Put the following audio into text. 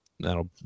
That'll